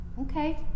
okay